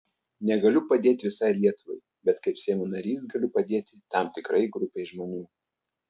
negaliu padėti visai lietuvai bet kaip seimo narys galiu padėti tam tikrai grupei žmonių